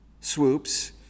Swoops